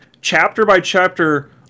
chapter-by-chapter